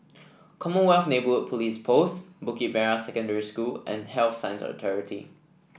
Commonwealth Neighbourhood Police Post Bukit Merah Secondary School and Health Sciences Authority